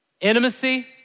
Intimacy